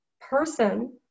person